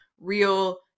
real